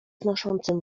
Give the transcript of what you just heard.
znoszącym